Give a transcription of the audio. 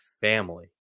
family